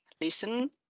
listen